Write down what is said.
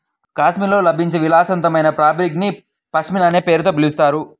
కాశ్మీర్లో లభించే విలాసవంతమైన ఫాబ్రిక్ ని పష్మినా అనే పేరుతో పిలుస్తారు